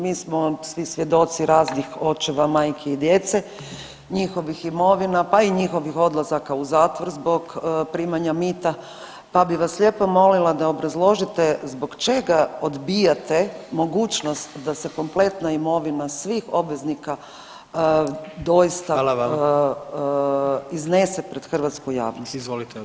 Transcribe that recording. Mi smo svi svjedoci raznih očeva, majki i djece, njihovih imovina, pa i njihovih odlazaka u zatvor zbog primanja mita, pa bi vas lijepo molila da obrazložite zbog čega odbijate mogućnost da se kompletna imovina svih obveznika doista [[Upadica: Hvala vam]] iznese pred hrvatsku javnost?